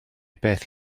beth